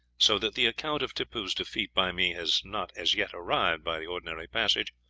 so that the account of tippoo's defeat by me has not as yet arrived by the ordinary passage,